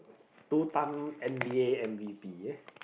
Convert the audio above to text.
two time N_B_A M_V_P eh